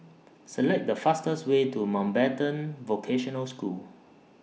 Select The fastest Way to Mountbatten Vocational School